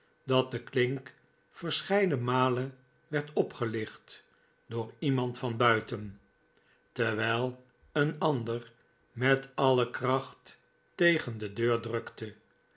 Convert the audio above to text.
dat de klink verscheiden malen werd opgelicht door iemand van buiten terwijl een ander met alle kracht tegen de deur drukte